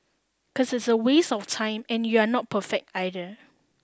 cause it's a waste of time and you're not perfect either